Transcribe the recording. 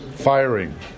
firing